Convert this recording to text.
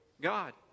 God